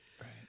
Right